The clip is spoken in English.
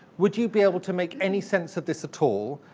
would you be able to make any sense of this at all,